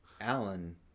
Alan